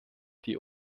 die